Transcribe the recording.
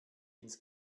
ins